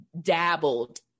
dabbled